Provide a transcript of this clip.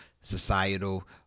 societal